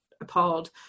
appalled